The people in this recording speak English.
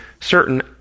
certain